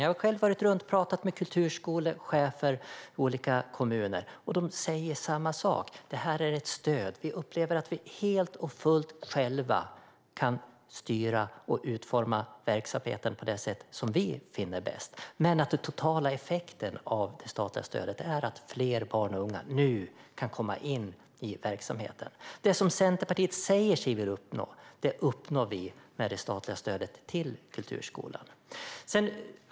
Jag har själv varit runt och pratat med kulturskolechefer i olika kommuner. De säger samma sak: Det här är ett stöd. Vi upplever att vi helt och fullt kan styra och utforma verksamheten själva på det sätt som vi finner bäst. Men den totala effekten av det statliga stödet är att fler barn och unga nu kan komma in i verksamheten. Det som Centerpartiet säger sig vilja uppnå uppnår vi med det statliga stödet till kulturskolan.